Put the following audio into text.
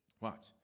Watch